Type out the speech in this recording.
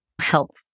help